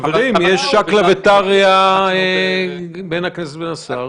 חברים, יש שקלא וטריא בין הכנסת לשר.